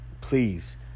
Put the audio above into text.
Please